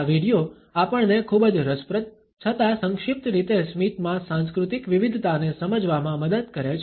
આ વિડિઓ આપણને ખૂબ જ રસપ્રદ છતાં સંક્ષિપ્ત રીતે સ્મિતમાં સાંસ્કૃતિક વિવિધતાને સમજવામાં મદદ કરે છે